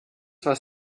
was